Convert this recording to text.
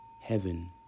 Heaven